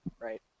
right